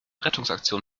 rettungsaktion